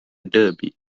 derby